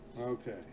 Okay